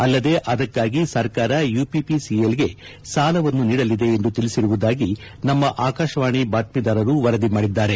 ಅಲ್ಲದೆ ಅದಕ್ಕಾಗಿ ಸರ್ಕಾರ ಯುಪಿಪಿಸಿಎಲ್ಗೆ ಸಾಲವನ್ನು ನೀಡಲಿದೆ ಎಂದು ತಿಳಿಸಿರುವುದಾಗಿ ನಮ್ಮ ಆಕಾಶವಾಣಿ ಬಾತ್ಲೀದಾರರು ವರದಿ ಮಾಡಿದ್ದಾರೆ